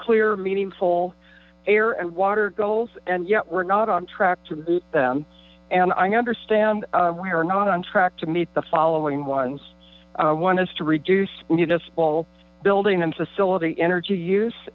clear meaningful air and water goals and yet we're not on track to meet them and i understand we are not on track to meet the following ones one is to reduce municipal building and facilitate energy use